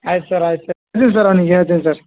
ಆಯ್ತು ಸರ್ ಆಯ್ತು ಸರ್ ಹೇಳ್ತಿನಿ ಸರ್ ಅವನಿಗೆ ಹೇಳ್ತಿನಿ ಸರ್